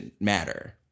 matter